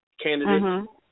candidates